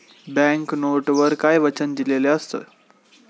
Bank नोटवर काय वचन दिलेले असते?